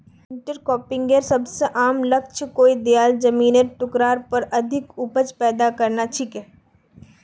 इंटरक्रॉपिंगेर सबस आम लक्ष्य कोई दियाल जमिनेर टुकरार पर अधिक उपज पैदा करना छिके